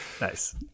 Nice